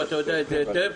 אתה יודע את זה היטב.